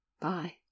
Bye